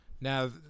Now